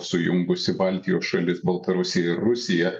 sujungusi baltijos šalis baltarusiją ir rusiją